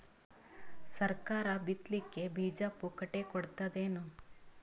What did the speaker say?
ಸರಕಾರ ಬಿತ್ ಲಿಕ್ಕೆ ಬೀಜ ಪುಕ್ಕಟೆ ಕೊಡತದೇನು?